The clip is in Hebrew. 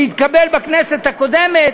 שהתקבל בכנסת הקודמת,